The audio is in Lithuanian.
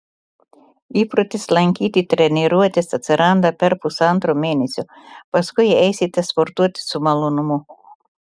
įprotis lankyti treniruotes atsiranda per pusantro mėnesio paskui eisite sportuoti su malonumu